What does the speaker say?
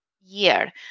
year